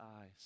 eyes